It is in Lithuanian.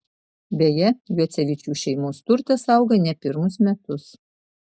beje juocevičių šeimos turtas auga ne pirmus metus